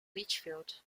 litchfield